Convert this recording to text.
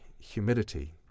humidity